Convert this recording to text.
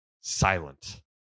Silent